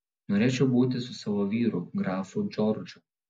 norėčiau būti su savo vyru grafu džordžu